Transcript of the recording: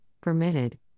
permitted